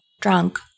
drunk